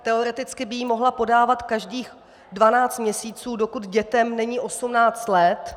Teoreticky by ji mohla podávat každých 12 měsíců, dokud dětem není 18 let.